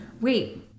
wait